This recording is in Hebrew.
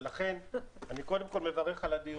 ולכן אני קודם כול מברך על הדיון,